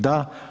Da.